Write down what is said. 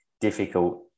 difficult